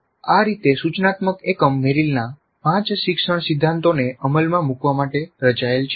આ રીતે સૂચનાત્મક એકમ મેરિલના પાંચ શિક્ષણ સિદ્ધાંતોને અમલમાં મૂકવા માટે રચાયેલ છે